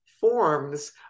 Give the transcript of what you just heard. forms